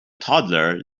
toddler